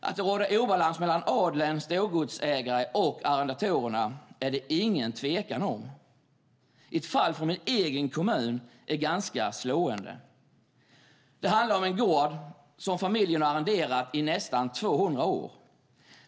Att det råder obalans mellan adeln, storgodsägarna och arrendatorerna är det ingen tvekan om. Ett fall från min egen kommun är ganska slående. Det handlar om en gård som familjen har arrenderat i nästan 200 år.